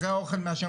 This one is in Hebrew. אחרי האוכל מעשן.